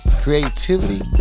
creativity